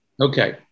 Okay